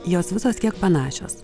jos visos kiek panašios